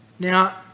Now